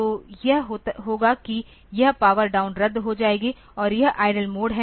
तो यह होगा कि यह पावर डाउन रद्द हो जाएगी और यह आईडील मोड है